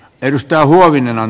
edustaja huovinenan